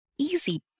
easy